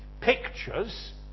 pictures